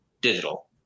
digital